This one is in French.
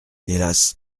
hélas